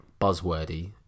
buzzwordy